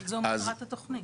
אבל זו מטרת התוכנית.